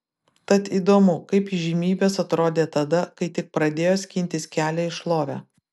tad įdomu kaip įžymybės atrodė tada kai tik pradėjo skintis kelią į šlovę